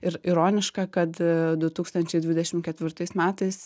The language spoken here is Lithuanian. ir ironiška kad du tūkstančiai dvidešim ketvirtais metais